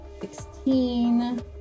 sixteen